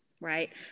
right